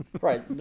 Right